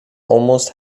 almost